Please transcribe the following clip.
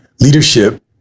leadership